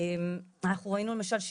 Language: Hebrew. למשל,